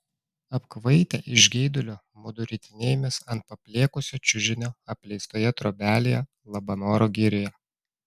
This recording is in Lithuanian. apkvaitę iš geidulio mudu ritinėjomės ant paplėkusio čiužinio apleistoje trobelėje labanoro girioje